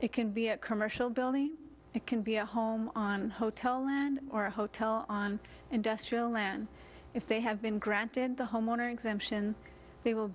it can be a commercial belly it can be a home on hotel land or a hotel on industrial land if they have been granted the homeowner exemption they will